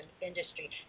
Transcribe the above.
industry